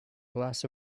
glass